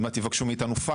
או נכתבת לו הוראת התשלום,